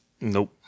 Nope